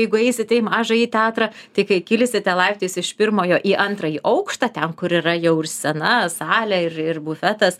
jeigu eisite į mažąjį teatrą tai kai kilsite laiptais iš pirmojo į antrąjį aukštą ten kur yra jau ir scena salė ir ir bufetas